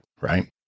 right